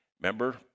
Remember